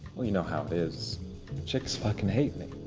you know how it is chicks fucking hate me.